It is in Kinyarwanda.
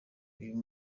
uyu